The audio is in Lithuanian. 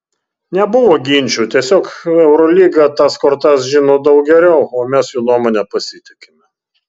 nebuvo ginčų tiesiog eurolyga tas kortas žino daug geriau o mes jų nuomone pasitikime